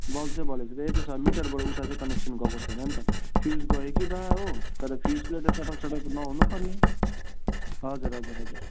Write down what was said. bulb चाहिँ बलेको छ ए त्यसो भए मिटरबाट उता चाहिँ कनेक्सन गएको छैन नि त फ्युज गयो कि बा हो तर फ्युजले त चटक चटक त नहुनुपर्ने हजुर हजुर हजुर